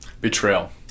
betrayal